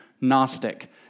Gnostic